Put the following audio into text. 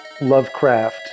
Lovecraft